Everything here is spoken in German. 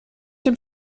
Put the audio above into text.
dem